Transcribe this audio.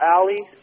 alley